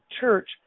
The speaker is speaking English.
Church